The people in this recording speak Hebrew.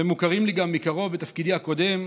ומוכרים לי גם מקרוב בתפקידי הקודם,